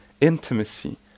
intimacy